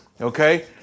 Okay